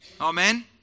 Amen